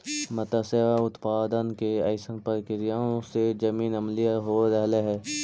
मत्स्य उत्पादन के अइसन प्रक्रियाओं से जमीन अम्लीय हो रहलई हे